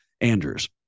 Andrews